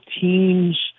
teams